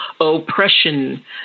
Oppression